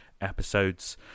episodes